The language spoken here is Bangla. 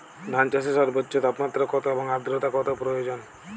ধান চাষে সর্বোচ্চ তাপমাত্রা কত এবং আর্দ্রতা কত প্রয়োজন?